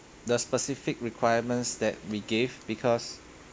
the specific requirements that we gave because